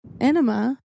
Enema